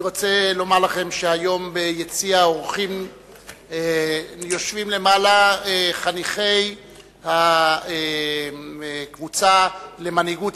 אני רוצה לומר לכם שביציע האורחים יושבים חניכי הקבוצה למנהיגות